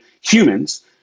humans